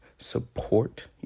support